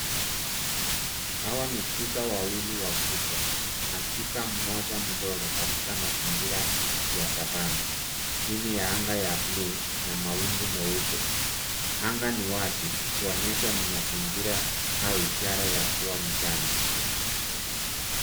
Hawa ni twiga wawili wakubwa na twiga mmoja mdogo katika mazingira ya savannah, chini ya anga ya buluu na mawingu meupe anga ni wazi kuonyesha ni mazingira au ishara ya kuwa mchana.